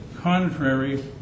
contrary